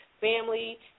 family